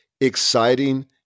exciting